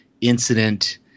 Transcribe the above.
incident